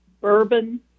Bourbon